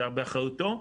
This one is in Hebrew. זה באחריותו,